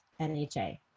NHA